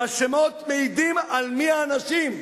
והשמות מעידים על מי האנשים.